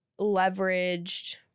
leveraged